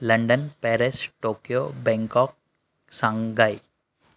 London Paris Tokyo Bangkok Shanghai